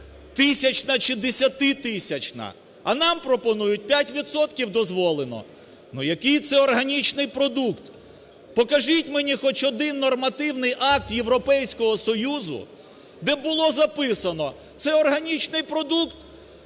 тисячна чи десятитисячна, а нам пропонують – 5 відсотків дозволено. Ну, який це органічний продукт? Покажіть мені хоч один нормативний акт Європейського Союзу, де було б записано: це органічний продукт,